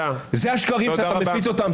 אלה השקרים שאתה מפיץ אותם.